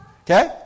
okay